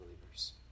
believers